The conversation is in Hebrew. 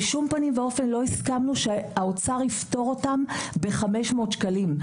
בשום פנים לא הסכמנו שהאוצר יפטור אותם ב-500 שקלים.